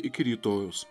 iki rytojaus